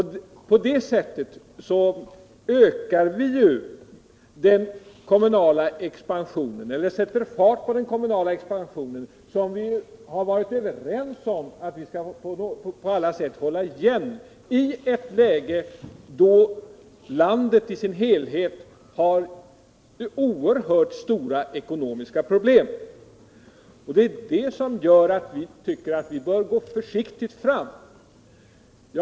Men, Pär Granstedt, den här reformen innebär ju ändå att vi påskyndar ökningen av den offentliga konsumtionen: vi tvingas höja skatten, vi tvingas fördela pengar till kommuner som inte har bett att få några pengar och som inte har planerat in några åtgärder. På det sättet ökar vi den kommunala expansionen, trots att vi i detta läge då landet i dess helhet har stora ekonomiska svårigheter varit överens om att hålla igen den kommunala expansionen. Det är det som gör att vi bör gå försiktigt fram.